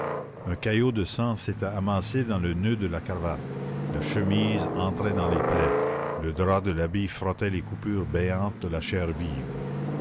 un caillot de sang s'était amassé dans le noeud de la cravate la chemise entrait dans les plaies le drap de l'habit frottait les coupures béantes de la chair vive